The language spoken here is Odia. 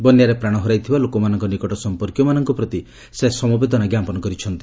ବନ୍ୟାରେ ପ୍ରାଣ ହରାଇଥିବା ଲୋକମାନଙ୍କ ନିକଟ ସମ୍ପର୍କୀୟମାନଙ୍କ ପ୍ରତି ସେ ସମବେଦନା ଜ୍ଞାପନ କରିଛନ୍ତି